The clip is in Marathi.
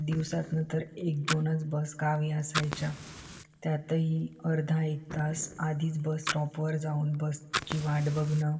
दिवसतानं तर एक दोनच बस गावी असायच्या त्यातही अर्धा एक तास आधीच बस स्टॉपवर जाऊन बसची वाट बघणं